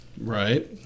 Right